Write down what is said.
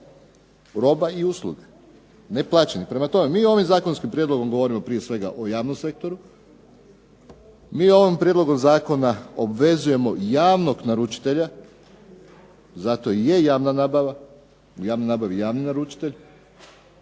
roba i usluga, neplaćenih. Prema tome, mi ovim zakonskim prijedlogom govorimo prije svega o javnom sektoru, mi ovim prijedlogom zakona obvezujemo javnog naručitelja, zato i je javna nabava, u javnoj nabavi je javni naručitelj,